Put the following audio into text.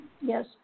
Yes